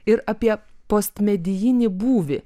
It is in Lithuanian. ir apie postmedijinį būvį